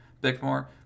Bickmore